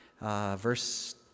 verse